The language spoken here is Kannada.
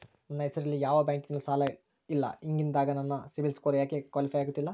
ನನ್ನ ಹೆಸರಲ್ಲಿ ಯಾವ ಬ್ಯಾಂಕಿನಲ್ಲೂ ಸಾಲ ಇಲ್ಲ ಹಿಂಗಿದ್ದಾಗ ನನ್ನ ಸಿಬಿಲ್ ಸ್ಕೋರ್ ಯಾಕೆ ಕ್ವಾಲಿಫೈ ಆಗುತ್ತಿಲ್ಲ?